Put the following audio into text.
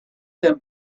them